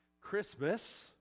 Christmas